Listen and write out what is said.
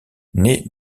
naît